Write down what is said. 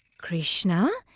krishna,